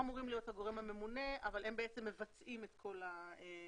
אמורות להיות הגורם הממונה אבל הן בעצם מבצעות את כל האירוע.